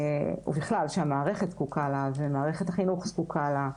ובכלל, שהמערכת זקוקה לה, ומערכת החינוך זקוקה לה,